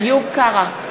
נגד איוב קרא,